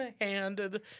handed